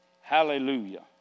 Hallelujah